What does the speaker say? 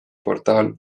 portaal